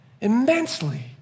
immensely